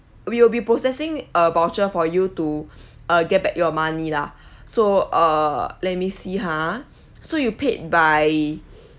we'll be processing a voucher for you to uh get back your money lah so uh let me see ha so you paid by